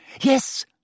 Yes